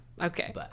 Okay